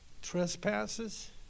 Trespasses